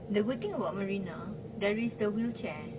the good thing about marina there is the wheelchair